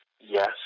Yes